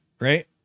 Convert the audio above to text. right